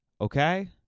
okay